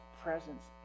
presence